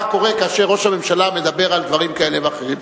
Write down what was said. מה קורה כאשר ראש הממשלה מדבר על דברים כאלה ואחרים.